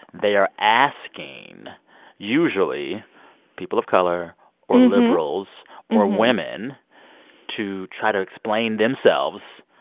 they are asking usually people of color or liberals or women to try to explain themselves.